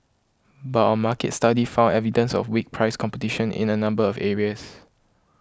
but our market study found evidence of weak price competition in a number of areas